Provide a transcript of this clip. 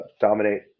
dominate